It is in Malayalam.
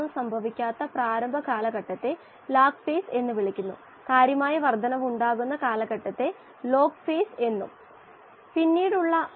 ഈ സാന്ദ്രതകളുടെ ചാലകശക്തി ഗാഢതകളാണ്അതാണ് ഫ്ലക്സ് വാതക ഘട്ടത്തിന്റെ ഗാഢത ദ്രാവക ഘട്ടത്തിന്റെ സാന്ദ്രത എന്നിവയുമായി ബന്ധപ്പെട്ടാണ് നമ്മൾ ആഗ്രഹിക്കുന്നത്